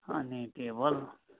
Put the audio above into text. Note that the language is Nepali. अनि टेबल